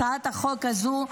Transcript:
הצעת החוק הזו,